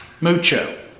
Mucho